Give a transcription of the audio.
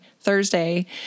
Thursday